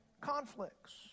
conflicts